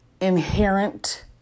inherent